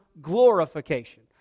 glorification